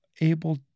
able